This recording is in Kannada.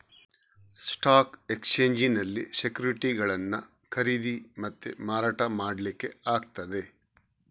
ಸ್ಟಾಕ್ ಎಕ್ಸ್ಚೇಂಜಿನಲ್ಲಿ ಸೆಕ್ಯುರಿಟಿಗಳನ್ನ ಖರೀದಿ ಮತ್ತೆ ಮಾರಾಟ ಮಾಡ್ಲಿಕ್ಕೆ ಆಗ್ತದೆ